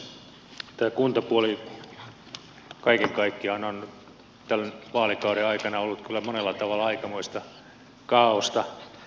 tämä kuntapuoli kaiken kaikkiaan on tämän vaalikauden aikana ollut kyllä monella tavalla aikamoista kaaosta